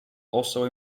also